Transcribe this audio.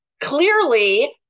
Clearly